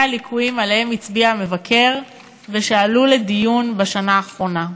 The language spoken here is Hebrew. הליקויים שעליהם הצביע המבקר ועלו לדיון בשנה האחרונה.